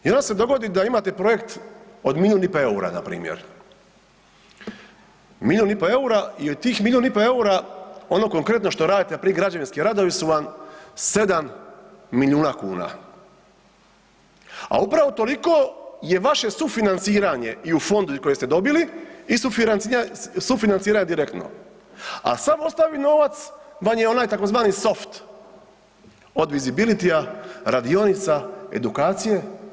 I onda se dogodi da imate projekt od milijun i po EUR-a npr., milijun i po EUR-a i od tih milijun i po EUR-a ono konkretno što radite, npr. građevinski radovi su vam 7 milijuna kuna, a upravo je toliko vaše sufinanciranje i u fondu koji ste dobili i sufinanciranje direktno, a sav ostali novac vam je onaj tzv. soft od visibility-a, radionica, edukacije.